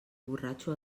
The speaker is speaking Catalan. borratxo